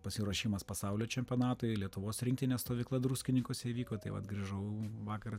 pasiruošimas pasaulio čempionatui lietuvos rinktinės stovykla druskininkuose įvyko tai vat grįžau vakar